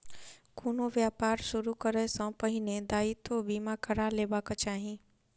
कोनो व्यापार शुरू करै सॅ पहिने दायित्व बीमा करा लेबाक चाही